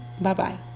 Bye-bye